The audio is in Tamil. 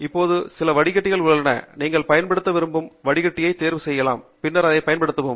இங்கே சில வடிகட்டிகள் உள்ளன நீங்கள் பயன்படுத்த விரும்பும் வடிகட்டியை தேர்வு செய்யலாம் பின்னர் அதை பயன்படுத்தவும்